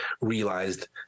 realized